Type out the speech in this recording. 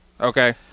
Okay